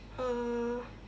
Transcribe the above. uh